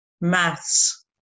maths